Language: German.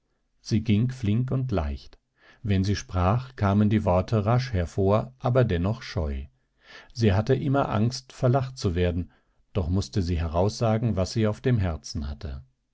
sie ging flink und leicht wenn sie sprach kamen die worte rasch hervor aber dennoch scheu sie hatte immer angst verlacht zu werden doch mußte sie heraussagen was sie auf dem herzen hatte